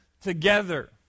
together